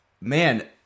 man